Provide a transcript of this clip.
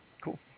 cool